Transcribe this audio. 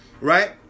Right